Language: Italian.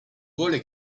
vuole